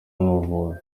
w’amavubi